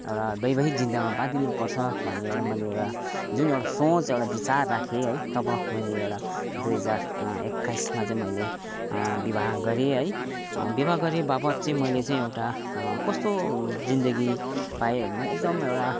एउटा वैवाहिक जिन्दगीमा बाँधिनु पर्छ भन्ने एउटा मैले एउटा जुन एउटा सोच एउटा बिचार राखेँ है तब मैले एउटा दुई हजार एक्काइसमा चाहिँ मैले विवाह गरेँ है विवाह गरेबापत चाहिँ मैले चाहिँ एउटा कस्तो जिन्दगी पाएँ भन्दा मैले एकदम एउटा